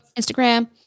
Instagram